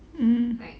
mm